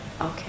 Okay